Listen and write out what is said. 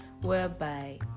whereby